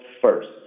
first